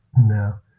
No